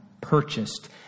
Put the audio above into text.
purchased